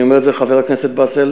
אני אומר את זה לחבר הכנסת באסל,